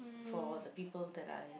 for the people that I